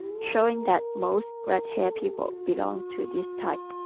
showing that most red-haired people belong to this type.